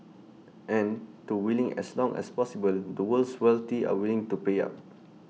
and to willing as long as possible the world's wealthy are willing to pay up